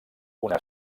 una